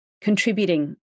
contributing